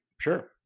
Sure